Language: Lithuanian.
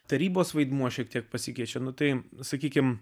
tarybos vaidmuo šiek tiek pasikeičia nu tai sakykim